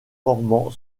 formant